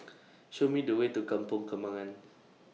Show Me The Way to Kampong Kembangan